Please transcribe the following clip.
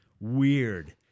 Weird